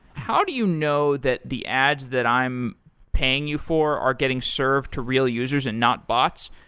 how do you know that the ads that i'm paying you for are getting served to real users and not bots?